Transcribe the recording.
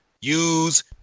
use